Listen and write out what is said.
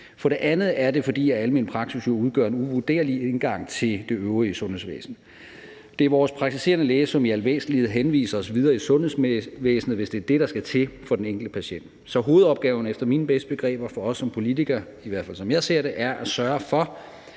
For det andet er det, fordi almen praksis jo udgør en uvurderlig indgang til det øvrige sundhedsvæsen. Det er vores praktiserende læge, som i al væsentlighed henviser os videre i sundhedsvæsenet, hvis det er det, der skal til for den enkelte patient. Så hovedopgaven for os som politikere er, efter mine bedste begreber, i hvert fald som jeg ser det, at sørge for,